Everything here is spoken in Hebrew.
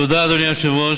תודה, אדוני היושב-ראש.